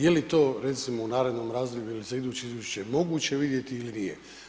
Je li to recimo u narednom razdoblju ili za iduće izvješće moguće vidjeti ili nije.